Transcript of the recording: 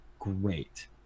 Great